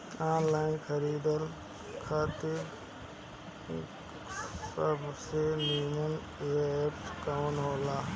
Online खरीदे खातिर सबसे नीमन एप कवन हो ला?